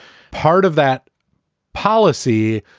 part of that policy,